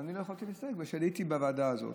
ולא יכולתי להסתייג, בגלל שהייתי בוועדה הזאת.